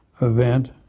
event